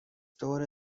دور